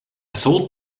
salt